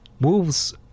wolves